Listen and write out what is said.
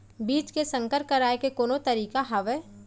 बीज के संकर कराय के कोनो तरीका हावय?